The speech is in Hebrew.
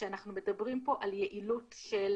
כשאנחנו מדברים פה על יעילות של